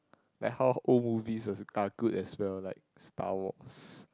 like how old movies also are good as well like Star-Wars